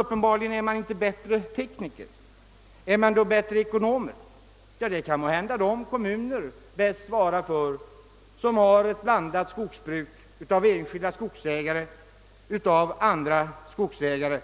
Uppenbarligen är staten inte bättre tekniker. Är staten bättre ekonom? Det kan hända att de kommuner bäst kan svara på det, där det finns ett blandat skogsbruk av enskilda skogsägare och av andra skogsägare.